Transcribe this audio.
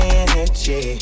energy